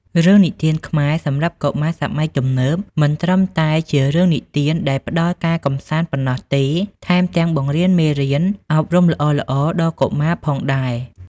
រឿងនិទានខ្មែរសម្រាប់កុមារសម័យទំនើប មិនត្រឹមតែជារឿងនិទានដែលផ្ដល់ការកម្សាន្តប៉ុណ្ណោះទេ ថែមទាំងបង្រៀនមេរៀនអប់រំល្អៗដល់កុមារផងដែរ។